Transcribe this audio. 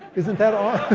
isn't that?